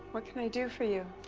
what can i do for you?